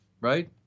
right